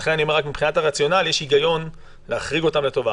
לכן מבחינת הרציונל יש היגיון להחריג אותם לטוב.